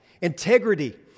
Integrity